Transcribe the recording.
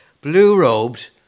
Blue-robed